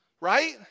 Right